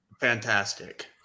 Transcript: fantastic